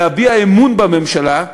להביע אמון בממשלה,